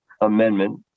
amendment